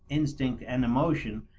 instinct, and emotion,